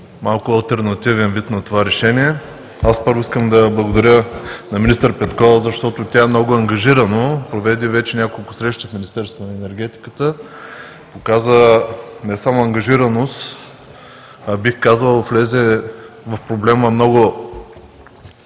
алтернативен вид на това решение. Първо, бих искал да благодаря на министър Петкова, защото тя много ангажирано проведе вече няколко срещи в Министерството на енергетиката и показа не само ангажираност, а бих казал, влезе много